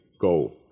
go